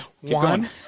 One